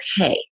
okay